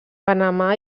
panamà